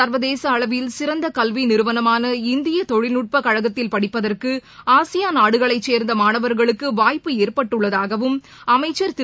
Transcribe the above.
சா்வதேசஅளவில் சிறந்தகல்விநிறுவனமான இந்தியதொழில்நுட்பகழகத்தில் படிப்பதற்குஆசியான் நாடுகளைச் சேர்ந்தமானவர்களுக்குவாய்ப்பு ஏற்பட்டுள்ளதாகவும் அமைச்சர் திரு